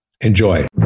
Enjoy